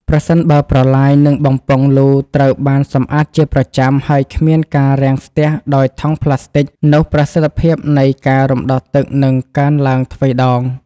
ប្រសិនបើប្រឡាយ និងបំពង់លូត្រូវបានសម្អាតជាប្រចាំ ហើយគ្មានការរាំងស្ទះដោយថង់ប្លាស្ទិក នោះប្រសិទ្ធភាពនៃការរំដោះទឹកនឹងកើនឡើងទ្វេដង។